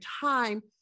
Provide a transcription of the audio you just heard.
time